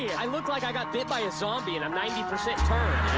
i look like i got bit by a zombie and i'm ninety percent turned.